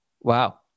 Wow